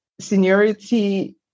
seniority